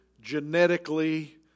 genetically